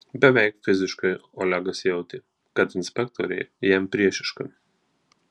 beveik fiziškai olegas jautė kad inspektorė jam priešiška